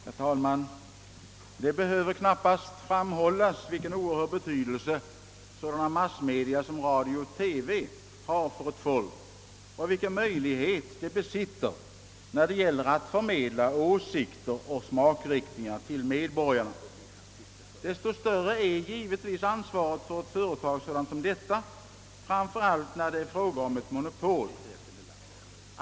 Herr talman! Det behöver knappast framhållas vilken oerhörd betydelse sådana massmedia som radio och TV har för ett folk och vilken möjlighet de besitter, när det gäller att förmedla åsik ter och smakriktningar till medborgarna. Desto större är givetvis ansvaret för det företag som handhar verksamheten, framför allt när det är fråga om ett monopol.